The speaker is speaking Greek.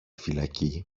φυλακή